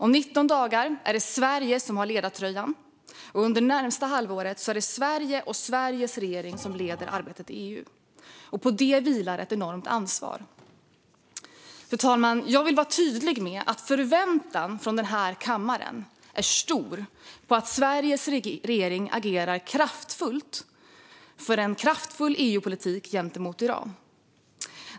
Om 19 dagar är det Sverige som har ledartröjan. Under det närmaste halvåret är det Sverige och Sveriges regering som leder arbetet i EU och därmed har ett enormt ansvar. Fru talman! Jag vill vara tydlig med att förväntan från den här kammaren är stor på att Sveriges regering agerar starkt för en kraftfull EU-politik gentemot Iran.